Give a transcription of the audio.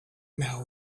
now